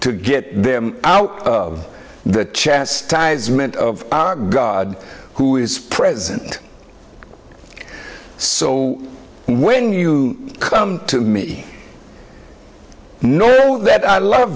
to get them out of the chastisement of god who is present so when you come to me know that i love